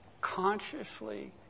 consciously